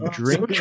drink